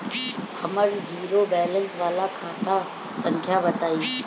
हमर zero balance वाला खाता संख्या बताई?